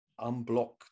unblock